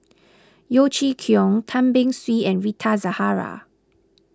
Yeo Chee Kiong Tan Beng Swee and Rita Zahara